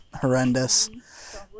horrendous